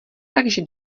takže